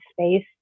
space